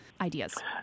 ideas